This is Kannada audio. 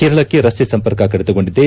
ಕೇರಳಕ್ಕೆ ರಸ್ತೆ ಸಂಪರ್ಕ ಕಡಿತಗೊಂಡಿದೆ